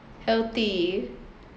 healthy